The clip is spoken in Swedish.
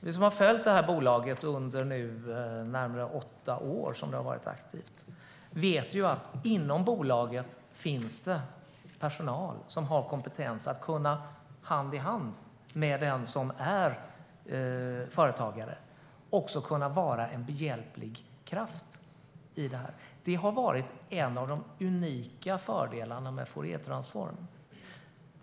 Vi som har följt det här bolaget under de närmare åtta år det varit aktivt vet att det inom bolaget finns personal som har kompetens att vara en behjälplig kraft hand i hand med företagaren. Det har varit en av de unika fördelarna med Fouriertransform.